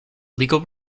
legal